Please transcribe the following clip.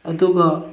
ꯑꯗꯨꯒ